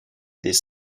des